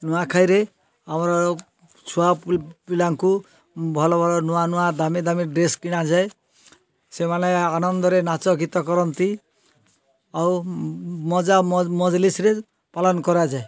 ନୂଆଖାଇରେ ଆମର ଛୁଆ ପିଲାଙ୍କୁ ଭଲ ନୂଆ ନୂଆ ଦାମୀ ଦାମୀ ଡ୍ରେସ୍ କିଣାଯାଏ ସେମାନେ ଆନନ୍ଦରେ ନାଚ ଗୀତ କରନ୍ତି ଆଉ ମଜା ମଜଲିସ୍ରେ ପାଲନ କରାଯାଏ